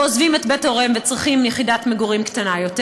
ועוזבים את בית הוריהם וצריכים יחידת מגורים קטנה יותר.